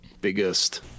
biggest